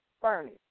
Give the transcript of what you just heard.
furnace